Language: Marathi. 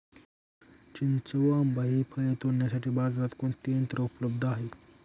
चिंच व आंबा हि फळे तोडण्यासाठी बाजारात कोणते यंत्र उपलब्ध आहे?